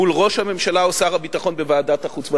ראש הממשלה או שר הביטחון בוועדת החוץ והביטחון.